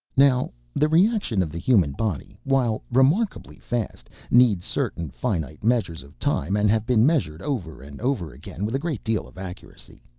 now the reaction of the human body, while remarkably fast, need certain finite measures of time and have been measured over and over again with a great deal of accuracy.